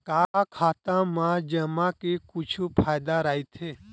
का खाता मा जमा के कुछु फ़ायदा राइथे?